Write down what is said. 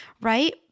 right